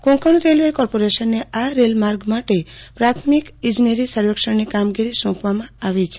Konkan railway કોર્પોરેશનને આ રેલ માર્ગ માટે પ્રાથમિક ઈજનેરી સર્વેક્ષણની કામગીરી સોંપવામાં આવી છે